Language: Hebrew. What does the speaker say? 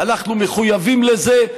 אנחנו מחויבים לזה,